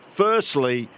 firstly